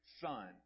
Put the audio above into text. son